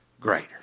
greater